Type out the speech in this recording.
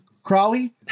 Crawley